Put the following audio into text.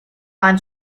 and